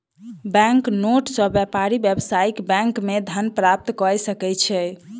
bank note सॅ व्यापारी व्यावसायिक बैंक मे धन प्राप्त कय सकै छै